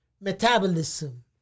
metabolism